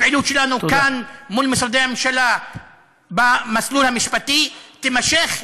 הפעילות שלנו כאן מול משרדי הממשלה במסלול המשפטי תימשך,